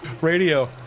Radio